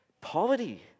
Poverty